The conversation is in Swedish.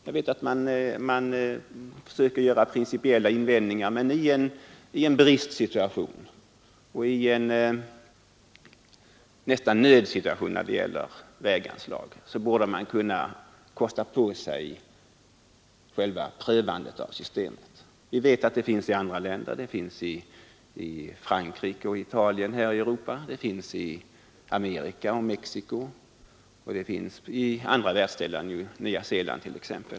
Jag vet att man försöker göra principiella invändningar, men i en bristsituation, ja, nästan en nödsituation när det gäller väganslag, borde man kunna kosta på sig att pröva systemet. Vi vet att det tillämpas i andra länder. Det finns i Frankrike och Italien här i Europa, i Amerika och Mexico.